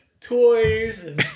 toys